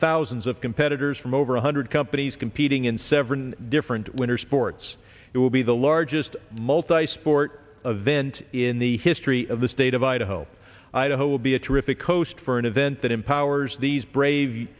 thousands of competitors from over one hundred companies competing in several different winter sports it will be the largest multi sport of vent in the history of the state of idaho idaho will be a terrific coast for an event that empowers these brave